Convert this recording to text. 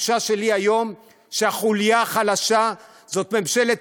התחושה שלי היום היא שהחוליה החלשה היא ממשלת